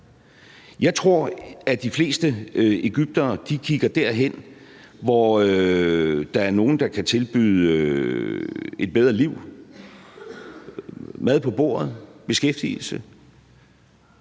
Jeg tror, de fleste egyptere kigger derhen, hvor der er nogle, der kan tilbyde et bedre liv, mad på bordet, beskæftigelse,